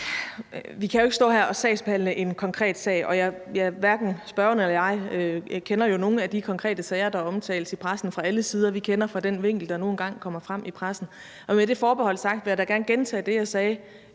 Vi kan jo ikke stå her og sagsbehandle en konkret sag, og hverken spørgeren eller jeg kender nogen af de konkrete sager, der er omtalt i pressen, fra alle sider. Vi kender dem fra den vinkel, der nu engang kommer frem i pressen. Og med det forbehold vil jeg da gerne gentage det, jeg sagde